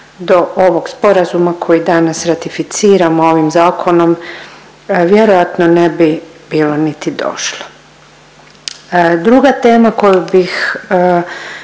do ovog Sporazuma koji danas ratificiramo ovim Zakonom, vjerojatno ne bi bilo niti došlo. Druga tema koju bih